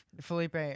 Felipe